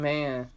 Man